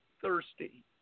thirsty